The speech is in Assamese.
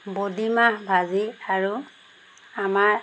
বডিমাহ ভাজি আৰু আমাৰ